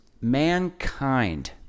Mankind